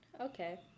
Okay